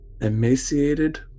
emaciated